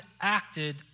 acted